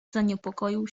zaniepokoił